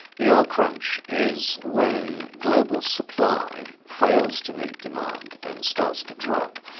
the oil crunch is when global supply fails to meet demand and starts to drop,